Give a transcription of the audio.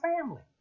family